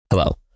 Hello